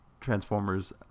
transformers